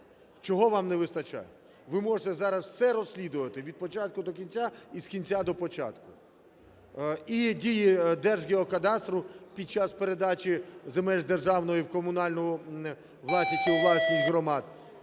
Чого вам не вистачає? Ви можете зараз все розслідувати від початку до кінця і з кінця до початку. І дії Держгеокадастру під час передачі земель з державної у комунальну власність і